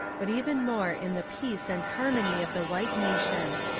but even more in the peace and harmony of the white nation.